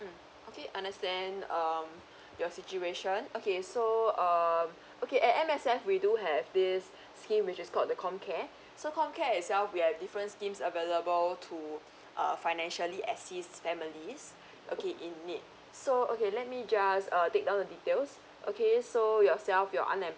mm okay understand um your situation okay so um okay at M_S_F we do have this scheme which is called the comcare so comcare itself we have different schemes available to uh financially assist families okay in need so okay let me just uh take down the details okay so yourself you're unemployed